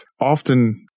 often